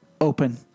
open